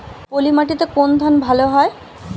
পলিমাটিতে কোন ধান ভালো হয়?